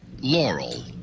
Laurel